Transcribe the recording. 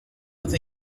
with